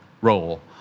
role